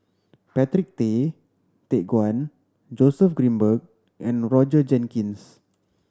Patrick Tay Teck Guan Joseph Grimberg and Roger Jenkins